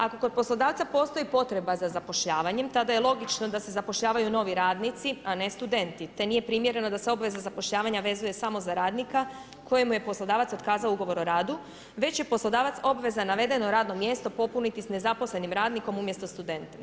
Ako kod poslodavca postoji potreba za zapošljavanjem tada je logično da se zapošljavaju novi radnici a ne studenti te nije primjereno da se obaveza zapošljavanja vezuje samo za radnika kojemu je poslodavac otkazao ugovor o radu već je poslodavac obvezan navedeno radno mjesto popuniti s nezaposlenim radnikom umjesto studentom.